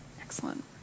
Excellent